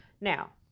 Now